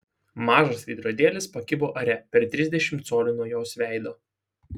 mažas veidrodėlis pakibo ore per trisdešimt colių nuo jos veido